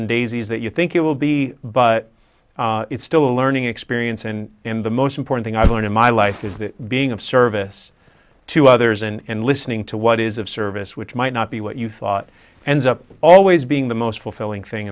and daisies that you think it will be but it's still a learning experience and in the most important thing i've learned in my life is that being of service to others and listening to what is of service which might not be what you thought ends up always being the most fulfilling thing